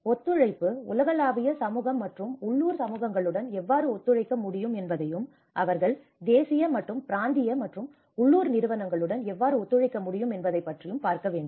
ஒத்துழைப்பு உலகளாவிய சமூகம் மற்றும் உள்ளூர் சமூகங்களுடன் எவ்வாறு ஒத்துழைக்க முடியும் என்பதையும் அவர்கள் தேசிய மற்றும் பிராந்திய மற்றும் உள்ளூர் நிறுவனங்களுடன் எவ்வாறு ஒத்துழைக்க முடியும் என்பதையும் பார்க்க வேண்டும்